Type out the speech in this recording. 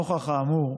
נוכח האמור,